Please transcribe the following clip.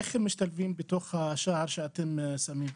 איך הם משתלבים בתוך השער שאתם שמים?